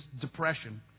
depression